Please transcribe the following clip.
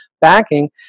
backing